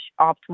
optimal